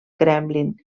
kremlin